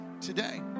today